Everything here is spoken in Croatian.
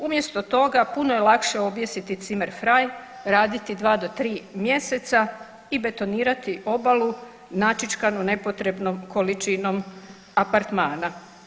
Umjesto toga puno je lakše objesiti zimmer frei, raditi 2 do 3 mjeseca i betonirati obalu načičkanu nepotrebnom količinom apartmana.